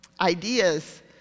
ideas